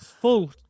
full